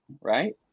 right